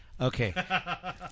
Okay